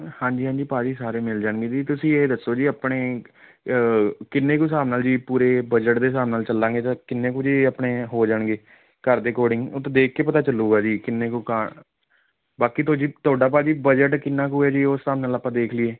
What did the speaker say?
ਹਾਂਜੀ ਹਾਂਜੀ ਭਾਅ ਜੀ ਸਾਰੇ ਮਿਲ ਜਾਣਗੇ ਜੀ ਤੁਸੀਂ ਇਹ ਦੱਸੋ ਜੀ ਆਪਣੇ ਕਿੰਨੇ ਕੁ ਹਿਸਾਬ ਨਾਲ ਜੀ ਪੂਰੇ ਬਜਟ ਦੇ ਹਿਸਾਬ ਨਾਲ ਚੱਲਾਂਗੇ ਤਾਂ ਕਿੰਨੇ ਕੁ ਆਪਣੇ ਹੋ ਜਾਣਗੇ ਘਰ ਦੇ ਅਕੋਰਡਿੰਗ ਉੱਥੇ ਦੇਖ ਕੇ ਪਤਾ ਚੱਲੇਗਾ ਜੀ ਕਿੰਨੇ ਕੁ ਕਾ ਬਾਕੀ ਤੋਂ ਜੀ ਤੁਹਾਡਾ ਭਾਅ ਜੀ ਬਜਟ ਕਿੰਨਾ ਕੁ ਹੈ ਜੀ ਉਹ ਹਿਸਾਬ ਨਾਲ ਆਪਾਂ ਦੇਖ ਲਈਏ